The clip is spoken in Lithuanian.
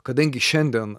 kadangi šiandien